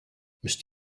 müsst